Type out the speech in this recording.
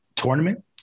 Tournament